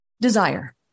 desire